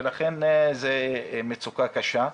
ולכן זו מצוקה קשה.